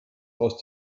aus